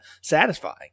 satisfying